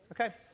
Okay